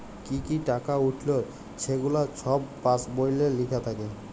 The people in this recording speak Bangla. কি কি টাকা উইঠল ছেগুলা ছব পাস্ বইলে লিখ্যা থ্যাকে